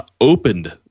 opened